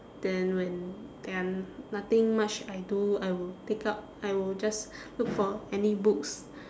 then when there are nothing much I do I will pick up I will just look for any books